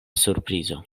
surprizo